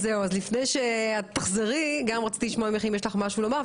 לפני שתחזרי, רציתי לשמוע אם יש לך משהו לומר.